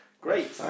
Great